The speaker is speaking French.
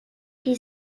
qui